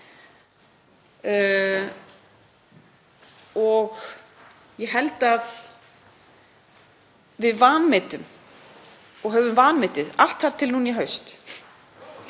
Ég held að við vanmetum og höfum vanmetið allt þar til nú í haust